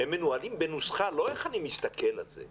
ולכן הם לא מנוהלים בנוסחה של "איך אני מסתכל על זה".